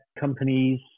companies